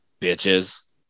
bitches